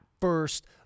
first